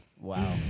Wow